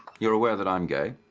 you're aware that i'm gay?